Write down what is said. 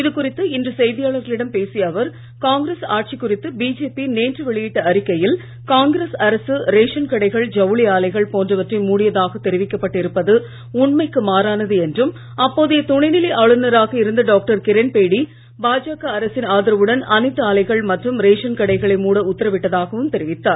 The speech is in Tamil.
இதுகுறித்து இன்று செய்தியாளர்களிடம் பேசிய அவர் காங்கிரஸ் ஆட்சி குறித்து பிஜேபி நேற்று வெளியிட்ட அறிக்கையில் காங்கிரஸ் அரசு ரேசன் கடைகள் ஜவுளி ஆலைகள் போன்றவற்றை மூடியதாக தெரிவிக்கப்பட்டு இருப்பது உண்மைக்கு மாறானது என்றும் அப்போதைய துணை நிலை ஆளுநராக இருந்த டாக்டர் கிரண்பேடி பாஜக அரசின் ஆதரவுடன் அனைத்து ஆலைகள் மற்றும் ரேஷன் கடைகளை மூட உத்தரவிட்டதாகவும் தெரிவித்தார்